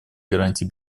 гарантий